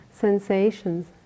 sensations